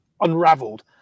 unraveled